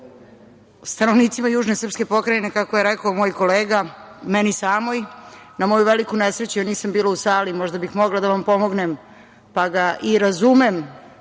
stanovnicima južne srpske pokrajine, kako je rekao moj kolega, meni samoj, na moju veliku nesreću jer nisam bila u sali, možda bih mogla da vam pomognem, pa da i razumem